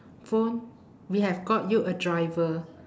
phone we have got you a driver